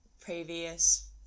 previous